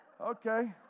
okay